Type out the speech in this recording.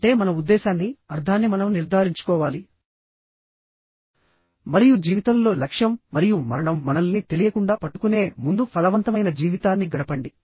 అంటే మన ఉద్దేశాన్ని అర్థాన్ని మనం నిర్ధారించుకోవాలి మరియు జీవితంలో లక్ష్యం మరియు మరణం మనల్ని తెలియకుండా పట్టుకునే ముందు ఫలవంతమైన జీవితాన్ని గడపండి